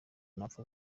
ntapfa